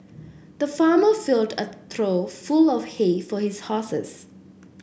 the farmer filled a trough full of hay for his horses